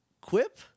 Quip